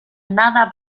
nada